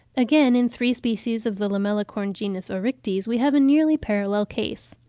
again, in three species of the lamellicorn genus oryctes, we have a nearly parallel case.